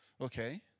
okay